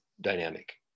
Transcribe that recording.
dynamic